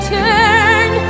turn